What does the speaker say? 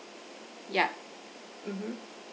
yeah mmhmm